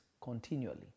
continually